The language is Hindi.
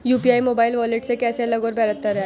यू.पी.आई मोबाइल वॉलेट से कैसे अलग और बेहतर है?